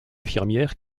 infirmière